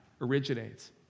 originates